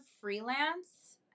freelance